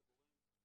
לגבי ה-PSD,